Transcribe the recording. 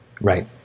Right